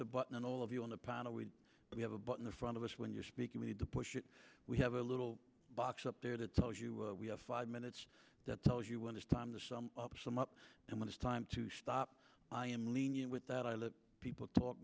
the button and all of you on the panel we we have a button in front of us when you're speaking we need to push it we have a little box up there that tells you we have five minutes that tells you when it's time to sum up sum up and when it's time to stop i am lenient with that i look people talk